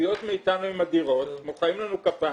הציפיות מאתנו הן אדירות, מוחאים לנו כפיים,